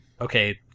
okay